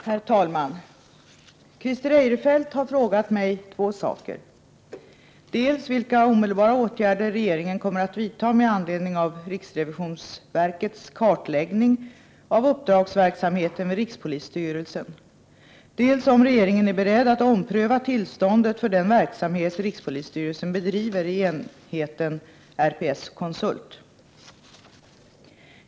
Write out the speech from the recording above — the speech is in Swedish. Herr talman! Christer Eirefelt har frågat mig två saker, dels vilka omedelbara åtgärder regeringen kommer att vidta med anledning av riksrevisionsverkets kartläggning av uppdragsverksamheten vid rikspolisstyrelsen, dels om regeringen är beredd att ompröva tillståndet för den verksamhet rikspolisstyrelsen bedriver i enheten RPS-konsult.